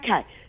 okay